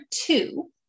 two